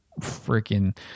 freaking